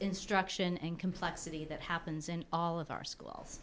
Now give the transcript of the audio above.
instruction and complexity that happens in all of our schools